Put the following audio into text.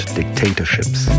dictatorships